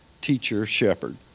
teacher-shepherd